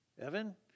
Evan